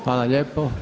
Hvala lijepo.